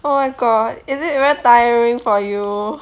oh my god is it very tiring for you